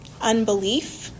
Unbelief